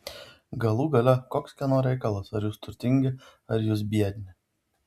galų gale koks kieno reikalas ar jūs turtingi ar jūs biedni